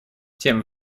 тем